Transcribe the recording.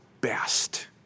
best